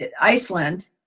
Iceland